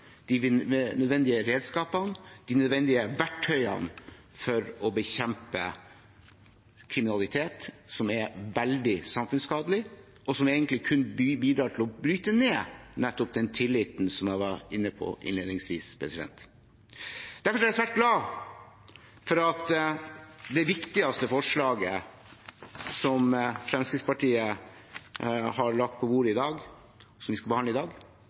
de nødvendige redskapene, de nødvendige verktøyene for å bekjempe kriminalitet som er veldig samfunnsskadelig, og som kun bidrar til å bryte ned den tilliten jeg var inne på innledningsvis. Derfor er jeg svært glad for at det viktigste forslaget Fremskrittspartiet har lagt på bordet, som vi skal behandle i dag,